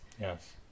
yes